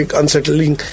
unsettling